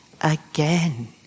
again